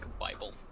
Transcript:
Bible